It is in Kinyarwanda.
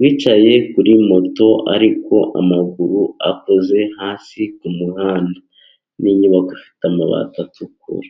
wicaye kuri moto, ariko amaguru akoze hasi kumuhanda, n'inyubako ifite amabati atukura.